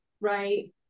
right